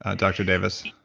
ah dr. davis?